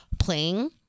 Playing